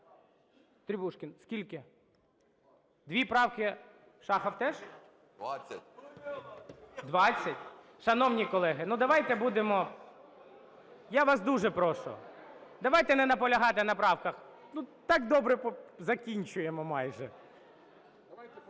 Требушкін. Скільки? 2 правки. Шахов теж? 20? Шановні колеги, ну давайте будемо… Я вас дуже прошу, давайте не наполягати на правках. Ну так добре, закінчуємо майже.